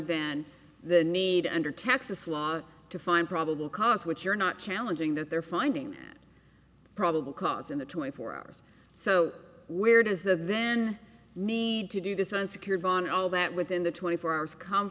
than the need under texas law to find probable cause which you're not challenging that they're finding probable cause in the twenty four hours so where does the then need to do this and secured on all that within the twenty four hours come